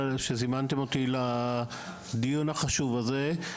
שזימנתם אותי לדיון החשוב הזה.